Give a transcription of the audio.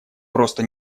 просто